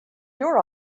your